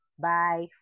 Bye